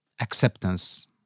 acceptance